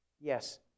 Yes